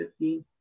15